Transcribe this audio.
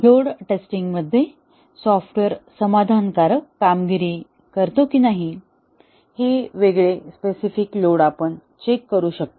load टेस्टिंगमध्ये software समाधानकारक कामगिरी करतो की नाही हे वेगळे स्पेसिफिक लोड आपण चेक करू शकतो